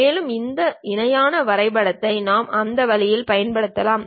மேலும் இந்த இணையான வரைபடத்தையும் நாம் அந்த வழியில் பயன்படுத்தலாம்